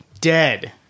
dead